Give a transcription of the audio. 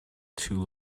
too